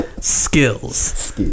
Skills